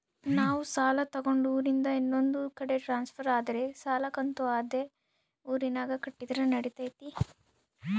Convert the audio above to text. ನಾವು ಸಾಲ ತಗೊಂಡು ಊರಿಂದ ಇನ್ನೊಂದು ಕಡೆ ಟ್ರಾನ್ಸ್ಫರ್ ಆದರೆ ಸಾಲ ಕಂತು ಅದೇ ಊರಿನಾಗ ಕಟ್ಟಿದ್ರ ನಡಿತೈತಿ?